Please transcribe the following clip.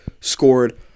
scored